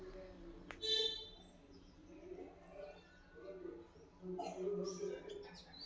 ಒಮ್ಮೆ ಪ್ಯಾರ್ಲಗಿಡಾ ಹಚ್ಚಿದ್ರ ನೂರವರ್ಷದ ತನಕಾ ಹಣ್ಣ ಬಿಡತಾವ